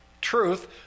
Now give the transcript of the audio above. truth